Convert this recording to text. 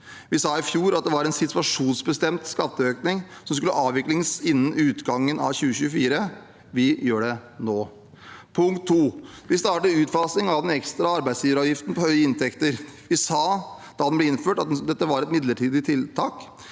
Vi sa i fjor at det var en situasjonsbestemt skatteøkning som skulle avvikles innen utgangen av 2024. Vi gjør det nå. Punkt to: Vi starter utfasing av den ekstra arbeidsgiveravgiften på høye inntekter. Vi sa da den ble innført,